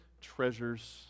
treasures